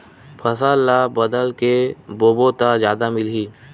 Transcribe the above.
फसल ल बदल के बोबो त फ़ायदा मिलही?